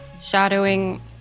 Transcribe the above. shadowing